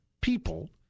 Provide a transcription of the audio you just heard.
people